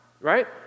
Right